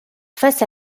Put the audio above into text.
face